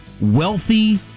wealthy